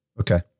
Okay